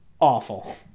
awful